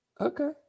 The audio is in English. Okay